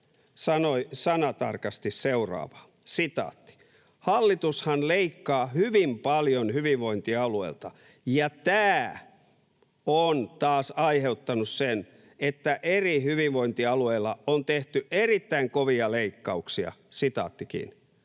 sanoi sanatarkasti seuraavaa: ”Hallitushan leikkaa hyvin paljon hyvinvointialueilta, ja tää on taas aiheuttanu sen, että eri hyvinvointialueilla on tehty erittäin kovia leikkauksia.” Tämä ei